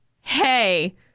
hey